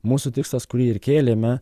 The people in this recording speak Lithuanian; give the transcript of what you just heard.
mūsų tikslas kurį ir kėlėme